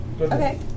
Okay